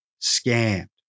scammed